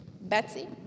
Betsy